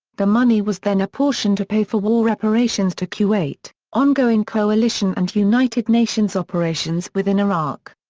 the money was then apportioned to pay for war reparations to kuwait, ongoing coalition and united nations operations within iraq.